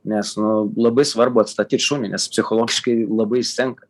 nes nu labai svarbu atstatyt šunį nes psichologiškai labai išsenka